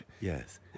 Yes